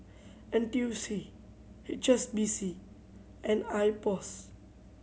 N T U C H S B C and IPOS